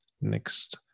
next